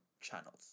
channels